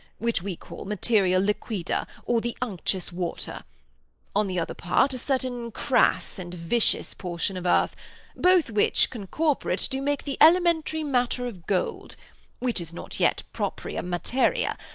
which we call material liquida, or the unctuous water on the other part, a certain crass and vicious portion of earth both which, concorporate, do make the elementary matter of gold which is not yet propria materia,